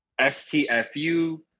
STFU